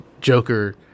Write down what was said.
Joker